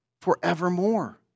forevermore